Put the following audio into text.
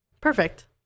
perfect